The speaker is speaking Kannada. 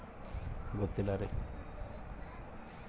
ಬೊಲ್ವರ್ಮ್ ಆಗೋಕೆ ಕಾರಣ ಏನು?